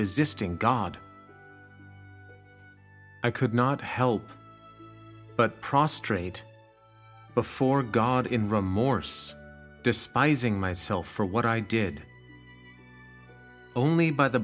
resisting god i could not help but prostrate before god in remorse despising myself for what i did only by the